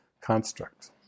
construct